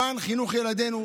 למען חינוך ילדינו,